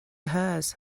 hers